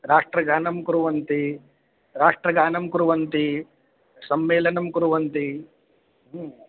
राष्ट्रगानं कुर्वन्ति राष्ट्रगानं कुर्वन्ति सम्मेलनं कुर्वन्ति